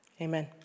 Amen